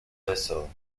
tehsil